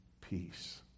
peace